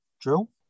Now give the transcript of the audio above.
drill